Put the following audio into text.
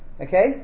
okay